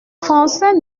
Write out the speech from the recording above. français